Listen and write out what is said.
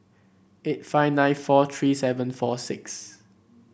eight five nine four three seven four six